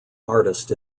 artist